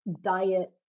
diet